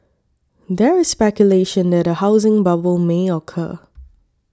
there is speculation that a housing bubble may occur